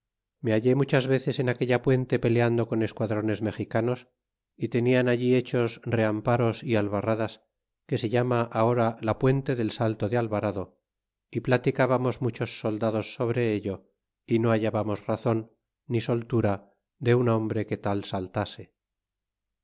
me hallé muchas veces en aquella puente peleando con esquadrones mexicanos y tenian allí hechos reamparos y albarradas que se llama ahora la puente del salto de alvarado y platicábamos muchos soldados sobre ello y no hallábamos razon ni soltura de un hombre que tal saltase